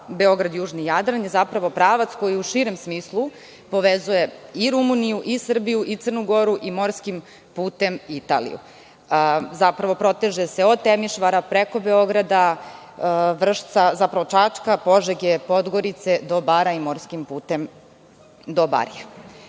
Beograd – Južni Jadran, je zapravo pravac koji u širem smislu povezuje i Rumuniju, Srbiju, Crnu Goru i morskim putem Italiju. Zapravo, proteže se od Temišvara preko Beograda, Vršca, zapravo Čačka, Požege, Podgorice do Bara i morskim putem do Barija. Sama